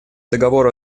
договору